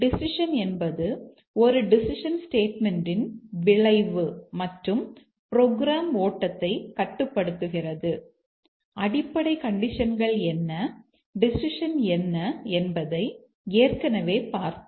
C test case ஓட்டத்தை கட்டுப்படுத்துகிறது அடிப்படை கண்டிஷன்கள் என்ன டெசிஷன் என்ன என்பதை ஏற்கனவே பார்த்தோம்